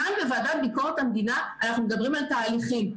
כאן בוועדת ביקורת המדינה אנחנו מדברים על תהליכים.